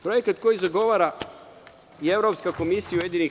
Projekat koji zagovara i Evropska komisija UN.